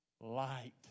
Light